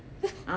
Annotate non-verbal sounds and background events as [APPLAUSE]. [NOISE]